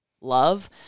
love